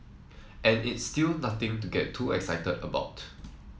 and it's still nothing to get too excited about